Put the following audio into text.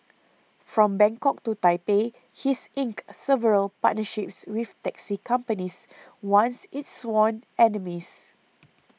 from Bangkok to Taipei he's inked several partnerships with taxi companies once its sworn enemies